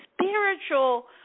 spiritual